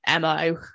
mo